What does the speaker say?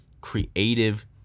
creative